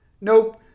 Nope